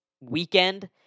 weekend